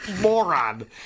moron